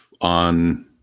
on